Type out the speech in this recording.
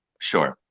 sure.